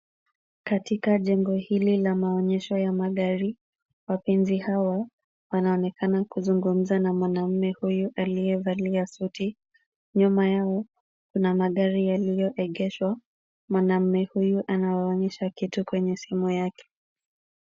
Katika jengo hili la maonyesho ya magari, wapenzi hawa wanaonekana kuzungumuza na mwanaume moja aliyevalia suti. Nyuma yao kuna magari yalioengeshwa, mwanaume huyu anawaonyesha kitu kwenye simu yake.